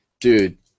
Dude